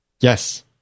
Yes